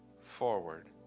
forward